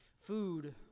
Food